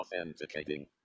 authenticating